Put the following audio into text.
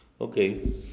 Okay